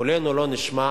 קולנו לא נשמע,